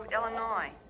Illinois